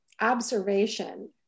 observation